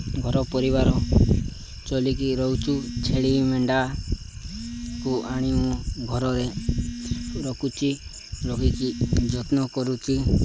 ଘର ପରିବାର ଚଳିକି ରହୁଛୁ ଛେଳି ମେଣ୍ଢାକୁ ଆଣି ମୁଁ ଘରରେ ରଖୁଛି ରଖିଛି ଯତ୍ନ କରୁଛି